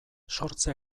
sortze